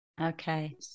Okay